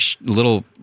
little